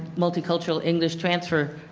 multicultural english transfer